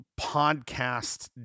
podcast